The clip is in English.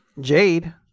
jade